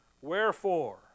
Wherefore